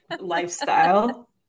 lifestyle